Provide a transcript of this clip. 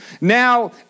now